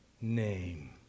name